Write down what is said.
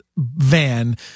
van